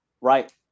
Right